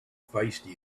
feisty